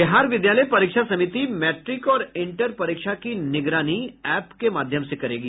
बिहार विद्यालय परीक्षा समिति मैट्रिक और इंटर परीक्षा की निगरानी एप के माध्यम से करेगी